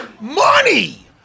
Money